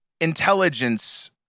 intelligence